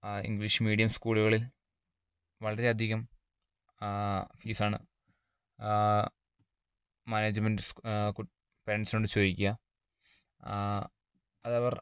English medium സ്കൂള്കളിൽ വളരെ അധികം ഫീസാണ് മാനേജ്മെൻ്റ് പേരൻസ്നോട് ചോദിക്കുക അതവർ